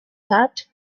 that